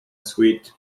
sweet